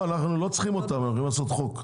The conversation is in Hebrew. אנחנו לא צריכים אותם, אנחנו הולכים לעשות חוק.